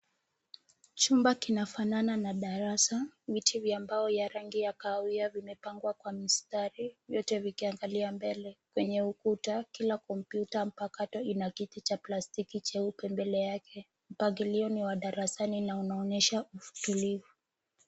Chumba kinafanana na darasa. Viti vya mbao ya rangi ya kahawia vimepangwa kwa mstari, vyote vikiangalia mbele. Kwenye ukuta, kila computer mpakato ina kiti cha plastiki cheupe mbele yake. Mpangilio ni wa darasani na unaonyesha utulivu.